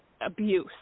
abuse